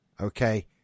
Okay